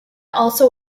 also